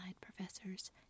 professors